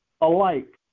alike